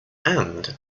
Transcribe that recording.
and